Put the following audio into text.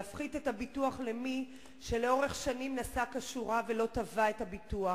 להפחית את הביטוח למי שלאורך שנים נסע כשורה ולא תבע את הביטוח.